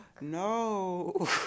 No